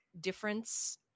difference